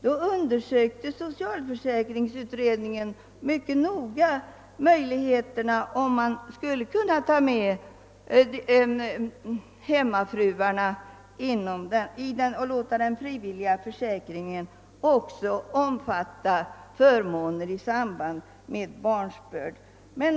Då undersökte socialförsäkringsutredningen mycket noga möjligheterna att ta med hemmafruarna och låta den fri villiga försäkringen också omfatta förmåner i samband med barnsbörd.